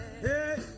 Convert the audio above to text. Hey